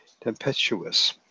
Tempestuous